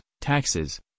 taxes